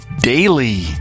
daily